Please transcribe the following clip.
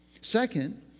Second